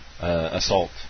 assault